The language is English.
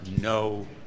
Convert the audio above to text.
no